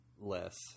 less